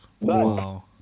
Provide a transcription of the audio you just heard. Wow